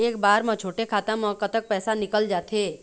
एक बार म छोटे खाता म कतक पैसा निकल जाथे?